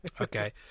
Okay